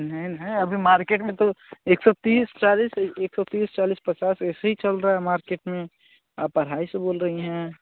नहीं नहीं अभी मार्केट में तो एक सौ तीस चालीस एक सौ तीस चालीस पचास ऐसे ही चल रहा है मार्केट में आप अढ़ाई सौ बोल रही हैं